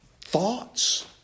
Thoughts